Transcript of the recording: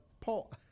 Paul